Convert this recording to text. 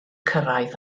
cyrraedd